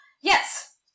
Yes